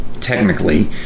technically